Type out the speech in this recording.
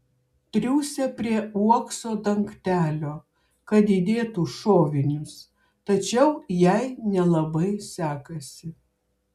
triūsia prie uokso dangtelio kad įdėtų šovinius tačiau jai nelabai sekasi